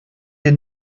dir